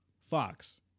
Fox